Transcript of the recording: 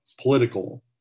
political